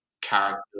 character